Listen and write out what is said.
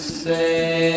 say